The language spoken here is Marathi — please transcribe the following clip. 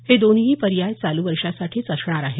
हे दोन्ही पर्याय चालू वर्षांसाठीच असणार आहेत